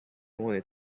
wanted